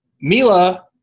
mila